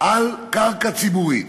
על קרקע ציבורית.